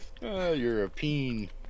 European